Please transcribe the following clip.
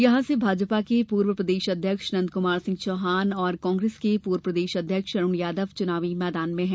यहां से भाजपा के पूर्व प्रदेश अध्यक्ष नंदकुमार सिंह चौहान और कांग्रेस के पूर्व प्रदेश अध्यक्ष अरुण यादव चुनाव मैदान में हैं